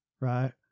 right